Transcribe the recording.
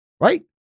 Right